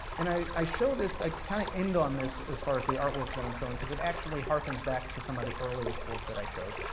and i show this, i kind of end on this, as far as the art work that i'm showing, because it actually hearkens back to some of the earliest work that i showed,